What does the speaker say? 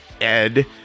Ed